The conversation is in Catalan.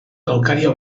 calcària